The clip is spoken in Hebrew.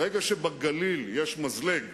ברגע שבגליל יש מזלג,